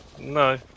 No